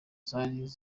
zari